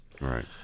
right